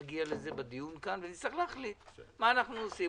נגיע לזה בדיון כאן ונצטרך להחליט מה אנחנו עושים.